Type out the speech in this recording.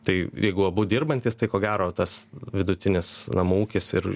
tai jeigu abu dirbantys tai ko gero tas vidutinis namų ūkis ir